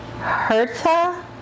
Herta